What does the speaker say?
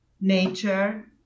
nature